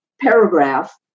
paragraph